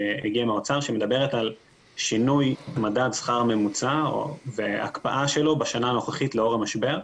שמדברת על שינוי מדד השכר הממוצע והקפאתו בשנה הנוכחית לאור המשבר.